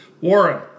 Warren